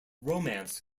romance